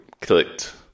clicked